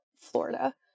Florida